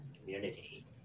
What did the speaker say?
community